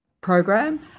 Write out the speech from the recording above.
program